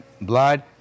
blood